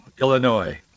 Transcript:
Illinois